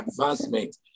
advancement